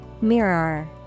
Mirror